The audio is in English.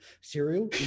cereal